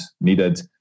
needed